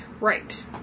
right